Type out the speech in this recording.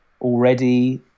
already